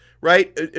right